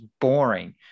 boring